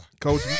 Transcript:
Coach